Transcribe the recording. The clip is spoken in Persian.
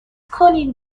کنین